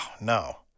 no